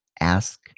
ask